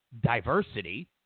diversity